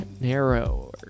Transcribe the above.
narrow